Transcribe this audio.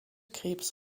krebs